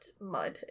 mud